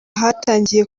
hatangiye